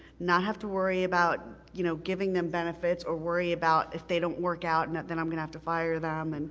not have to worry about you know giving them benefits or worry about if they don't work out and then i'm gonna have to fire them, and